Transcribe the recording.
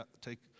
take